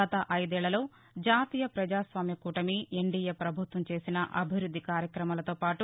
గత ఐదేళ్లలో జాతీయ ప్రజాస్వామ్య కూటమి ఎన్డీఎ ప్రభుత్వం చేసిన అభివృద్ది కార్యక్రమాలతో పాటు